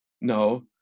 No